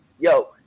yo